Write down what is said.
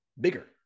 bigger